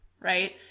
right